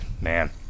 man